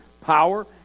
power